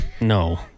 No